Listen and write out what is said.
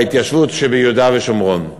בהתיישבות ביהודה ושומרון.